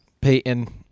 Peyton